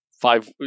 five